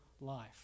life